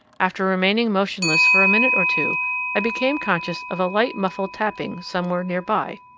after remaining motionless for a minute or two i became conscious of a light muffled tapping somewhere near by.